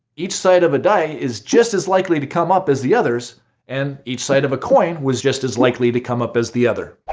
each side of a die is just as likely to come up as the others and each side of a coin was just as likely to come up as the other.